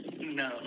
No